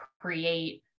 create